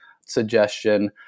suggestion